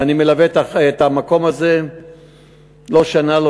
ואני מלווה את המקום הזה לא שנה,